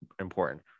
important